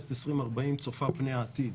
כנסת 2040 צופה פני עתיד.